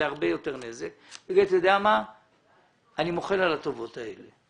הוא יאמר שהוא מוחל על הטובות האלה.